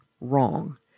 wrong